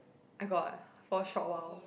I got for a short while